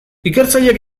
ikertzaileak